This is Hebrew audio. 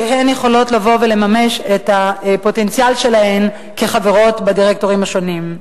שיכולות לבוא ולממש את הפוטנציאל שלהן כחברות בדירקטוריונים השונים.